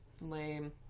Lame